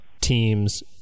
teams